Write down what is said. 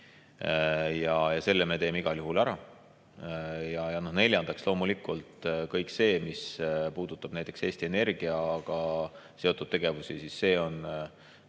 Selle me teeme igal juhul ära. Ja neljandaks, loomulikult kõik see, mis puudutab näiteks Eesti Energiaga seotud tegevusi, on